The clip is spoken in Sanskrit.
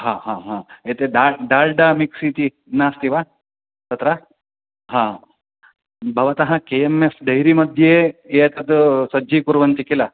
हा हा हा एते डा डाल्डा मिक्स् इति नास्ति वा तत्र हा भवतः के एम् एफ़् डैरीमध्ये एतत् सज्जीकुर्वन्ति किल